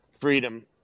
freedom